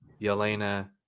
Yelena